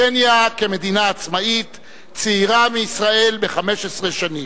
קניה כמדינה עצמאית צעירה מישראל ב-15 שנים.